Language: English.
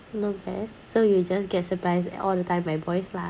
so you just get surprised all the time by my voice lah